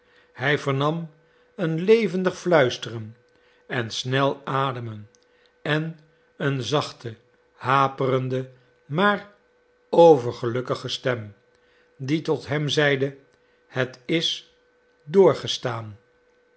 hij vernam een levendig fluisteren en snel ademen en een zachte haperende maar overgelukkige stem die tot hem zeide het is